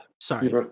Sorry